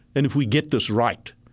and if we get this right,